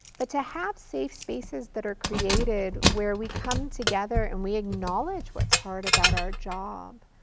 but to have safe spaces that are created where we come together and we acknowledge what's hard about our job.